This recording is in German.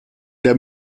der